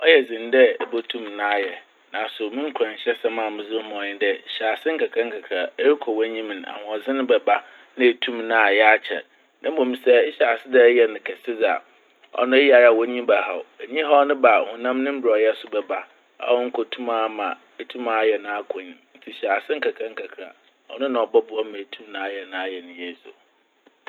Ɔyɛ dzen dɛ ebotum na ayɛ naaso mo nkuranhyɛsɛm a medze rema wo nye dɛ, hyɛ ase nkakrankra, erokɔ w'enyim no ahoɔdzen bɛba na etum ayɛ akyɛr. Na mbom sɛ ehyɛ ase ereyɛ no kɛse dze a w'enyi bɛhaw. Enyihaw no ba a, honam no mberɛwyɛ so bɛba a onnkotum ama etum ayɛ akɔ enyim. Ntsi hyɛ ase nkakrankra, ɔno na ɔbɔboa ma etum ayɛ no ayɛ no yie so.